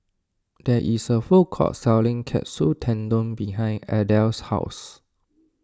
there is a food court selling Katsu Tendon behind Adel's house